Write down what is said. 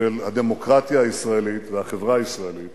של הדמוקרטיה הישראלית והחברה הישראלית